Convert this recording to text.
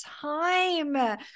time